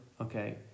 Okay